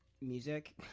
music